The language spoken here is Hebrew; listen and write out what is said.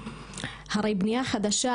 הרי בנייה חדשה,